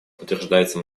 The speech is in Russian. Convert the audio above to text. подтверждается